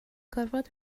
gorfod